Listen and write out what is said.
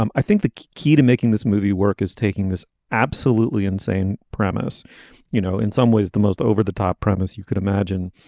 um i think the key to making this movie work is taking this absolutely insane premise you know in some ways the most over-the-top premise you could imagine.